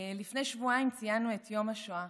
לפני שבועיים ציינו את יום השואה,